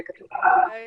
תיאום עם